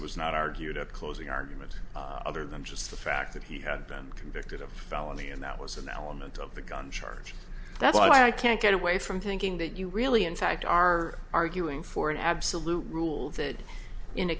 it was not argued a closing argument other than just the fact that he had been convicted of felony and that was an element of the gun charge that i can't get away from thinking that you really in fact are arguing for an absolute rule that in a